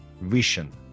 vision